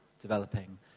developing